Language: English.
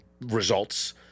results